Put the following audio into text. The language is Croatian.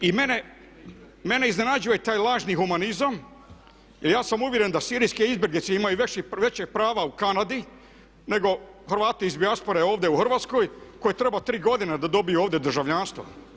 I mene iznenađuje taj lažni humanizam, jer ja sam uvjeren da sirijske izbjeglice imaju veća prava u Kanadi, nego Hrvati iz dijaspore ovdje u Hrvatskoj kojima treba tri godine da dobiju ovdje državljanstvo.